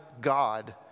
God